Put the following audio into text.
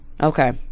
Okay